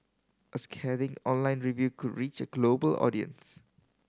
a scathing online review could reach a global audience